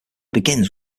begins